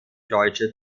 deutsche